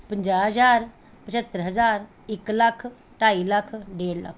ਪੰਜਾਹ ਹਜ਼ਾਰ ਪਝੰਤਰ ਹਜ਼ਾਰ ਇੱਕ ਲੱਖ ਢਾਈ ਲੱਖ ਡੇਢ ਲੱਖ